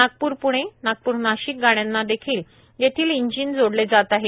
नागप्र पृणे नागप्र नाशिक गाड़यांना देखील येथील इंजिन जोडले जात आहे